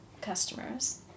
customers